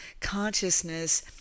consciousness